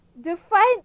Define